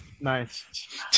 nice